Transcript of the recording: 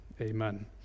Amen